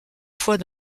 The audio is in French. fois